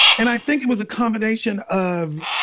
and i think it was a combination of